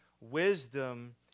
Wisdom